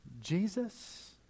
Jesus